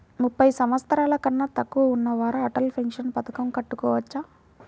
ముప్పై సంవత్సరాలకన్నా తక్కువ ఉన్నవారు అటల్ పెన్షన్ పథకం కట్టుకోవచ్చా?